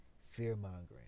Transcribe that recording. fear-mongering